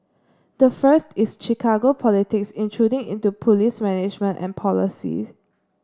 the first is Chicago politics intruding into police management and policies